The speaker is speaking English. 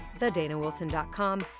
thedanawilson.com